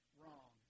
wrong